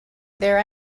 there